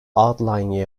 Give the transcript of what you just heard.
outlying